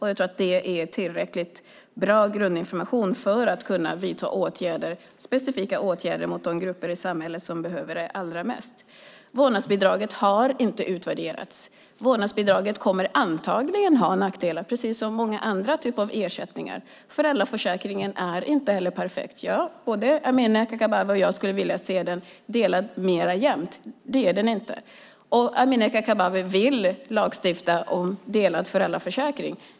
Jag tror att det är tillräckligt bra grundinformation för att man ska kunna vidta specifika åtgärder riktade mot de grupper i samhället som behöver det allra mest. Vårdnadsbidraget har inte utvärderats. Vårdnadsbidraget kommer antagligen att ha nackdelar, precis som många andra typer av ersättningar. Föräldraförsäkringen är inte heller perfekt. Både Amineh Kakabaveh och jag skulle vilja se den delad mer jämt. Amineh Kakabaveh vill lagstifta om delad föräldraförsäkring.